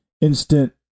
instant